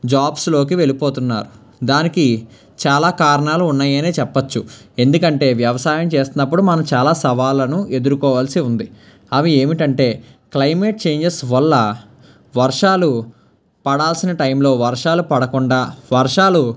jobs లోకి వెళ్ళిపోతున్నారు దానికి చాలా కారణాలు ఉన్నాయనే చెప్పవచ్చు ఎందుకంటే వ్యవసాయం చేస్తున్నప్పుడు మనం చాలా సవాళ్ళను ఎదుర్కోవాల్సి ఉంది అవి ఏమిటంటే క్లైమేట్ చేంజెస్ వల్ల వర్షాలు పడాల్సిన టైంలో వర్షాలు పడకుండా వర్షాలు